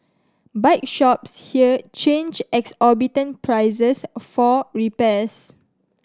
bike shops here charge exorbitant prices for repairs